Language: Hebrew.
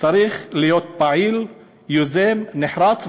צריך להיות פעיל, יוזם, נחרץ ואוכף.